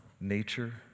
Nature